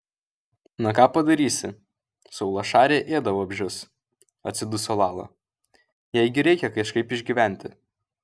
na ką padarysi saulašarė ėda vabzdžius atsiduso lala jai gi reikia kažkaip išgyventi